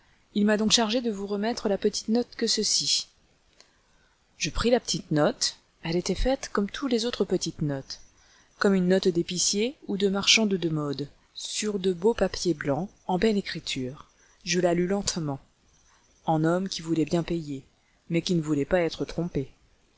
il m'a donc chargé de vous remettre la petite note que voici je pris la petite note elle était faite comme toutes les autres petites notes comme une note d'épicier ou de marchande de modes sur de beau papier blanc en belle écriture je la lus lentement en homme qui voulait bien payer mais qui ne voulait pas être trompé